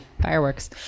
Fireworks